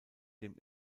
dem